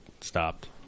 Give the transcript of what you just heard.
stopped